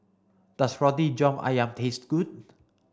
does Roti John Ayam taste good